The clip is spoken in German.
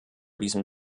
diesem